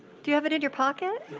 do you have it in your pocket?